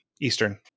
Eastern